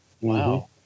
Wow